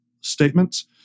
statements